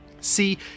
See